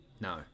no